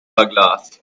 verglast